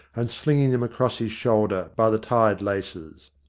and slinging them across his shoulder by the tied laces.